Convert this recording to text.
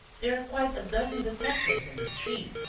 there are quite a dozen detectives in the street.